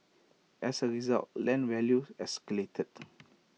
as A result land values escalated